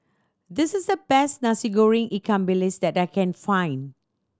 this is the best Nasi Goreng ikan bilis that I can find